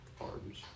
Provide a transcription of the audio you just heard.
Arms